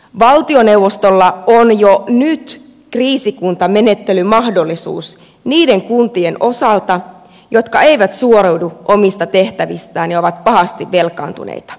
valtioneuvostolla on jo nyt kriisikuntamenettelymahdollisuus niiden kuntien osalta jotka eivät suoriudu omista tehtävistään ja ovat pahasti velkaantuneita